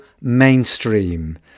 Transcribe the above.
mainstream